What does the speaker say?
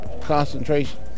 concentration